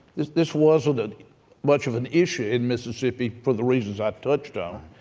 this this wasn't much of an issue in mississippi for the reasons i touched um